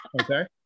Okay